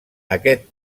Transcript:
aquest